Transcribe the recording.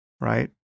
right